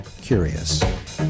curious